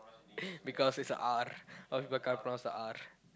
because it's a R a lot people can't pronounce the R